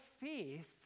faith